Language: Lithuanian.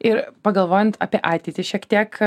ir pagalvojant apie ateitį šiek tiek